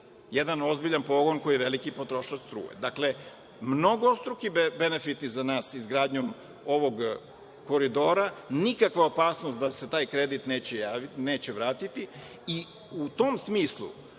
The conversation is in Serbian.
jedan ozbiljan pogon koji je veliki potrošač struje. Dakle, mnogostruki benefiti za nas su izgradnjom ovog koridora, nikakva opasnost da se taj kredit neće vratiti i u tom smislu,